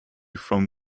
from